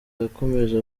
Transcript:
yakomeje